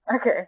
Okay